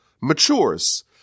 matures